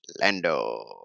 Lando